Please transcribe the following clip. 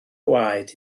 gwaed